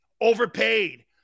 overpaid